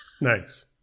Nice